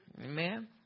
Amen